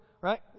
right